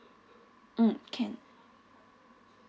mm can